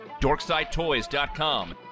DorksideToys.com